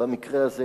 ובמקרה הזה